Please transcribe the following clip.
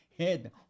Head